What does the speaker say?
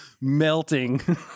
melting